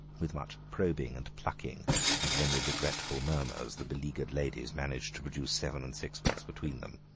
with much probing and plucking and many regretful murmurs the beleaguered ladies managed to produce seven-and-sixpence between them.